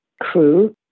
crew